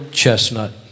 chestnut